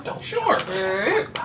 sure